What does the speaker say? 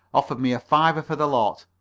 offered me a fiver for the lot,